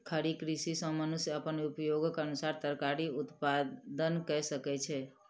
खड़ी कृषि सॅ मनुष्य अपन उपयोगक अनुसार तरकारी उत्पादन कय सकै छै